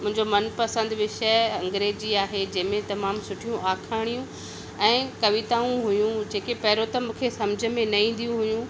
मुंहिंजो मन पसंद विषय अंग्रेज़ी आहे जंहिं में तमामु सुठियूं आखाणियूं ऐं कविताऊं हुयूं जेके पहिरियों त मूंखे सम्झ में न ईंदीयूं हुयूं